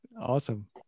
awesome